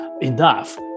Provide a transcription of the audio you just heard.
enough